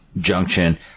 Junction